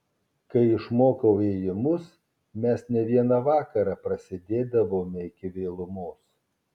kai išmokau ėjimus mes ne vieną vakarą prasėdėdavome iki vėlumos